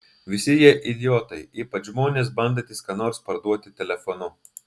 visi jie idiotai ypač žmonės bandantys ką nors parduoti telefonu